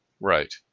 Right